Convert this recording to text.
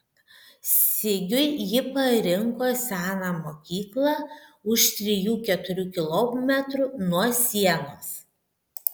sigiui ji parinko seną mokyklą už trijų keturių kilometrų nuo sienos